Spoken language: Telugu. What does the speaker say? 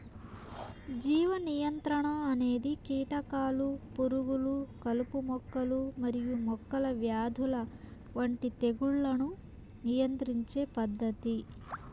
జీవ నియంత్రణ అనేది కీటకాలు, పురుగులు, కలుపు మొక్కలు మరియు మొక్కల వ్యాధుల వంటి తెగుళ్లను నియంత్రించే పద్ధతి